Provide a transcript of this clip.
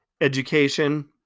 education